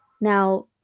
Now